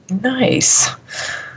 nice